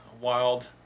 wild